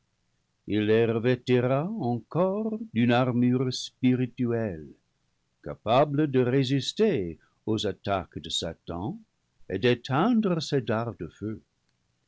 il les revêtira encore d'une armure spirituelle capable de résister aux attaques de satan et d'éteindre ses dards de feu